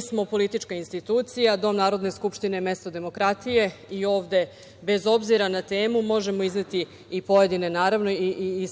smo politička institucija. Dom Narodne skupštine je mesto demokratije i ovde, bez obzira na temu, možemo izneti i pojedine… Naravno, i